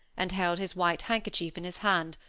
and held his white handkerchief in his hand,